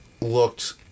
looked